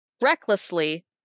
Recklessly